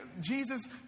Jesus